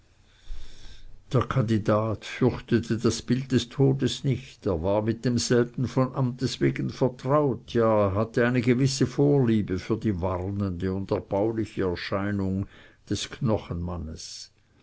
der kandidat fürchtete das bild des todes nicht er war mit demselben von amts wegen vertraut ja er hatte eine gewisse vorliebe für die warnende und erbauliche erscheinung des knochenmannes